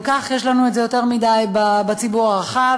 גם כך יש לנו מזה יותר מדי בציבור הרחב.